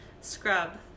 scrub